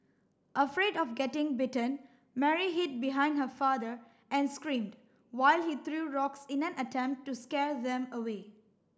afraid of getting bitten Mary hid behind her father and screamed while he threw rocks in an attempt to scare them away